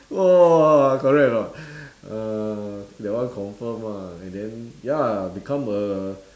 !wah! correct or not uh that one confirm ah and then ya become a